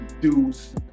dudes